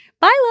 Bye